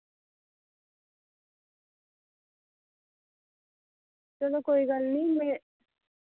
चलो कोई गल्ल निं में